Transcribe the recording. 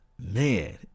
man